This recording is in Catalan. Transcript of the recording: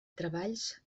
treballs